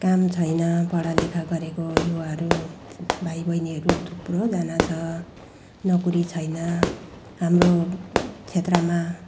काम छैन पढालिखा गरेको युवाहरू भाइबैनीहरू थुप्रोजना छ नोकरी छैन हाम्रो क्षेत्रमा